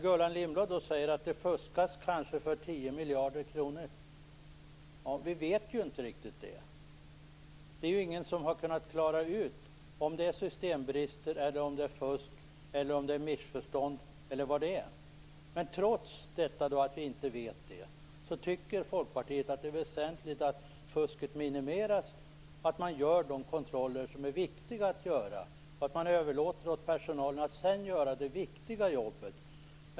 Gullan Lindblad säger att det fuskas för kanske 10 miljarder kronor. Det vet vi ju inte riktigt. Det är ingen som har kunnat klara ut om det är systembrister, om det är fusk, om det är missförstånd eller vad det är. Men trots att vi inte vet det, tycker Folkpartiet att det är väsentligt att fusket minimeras, att man gör de kontroller som är viktiga att göra och att man överlåter åt personalen att sedan göra det viktiga jobbet.